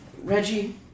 Reggie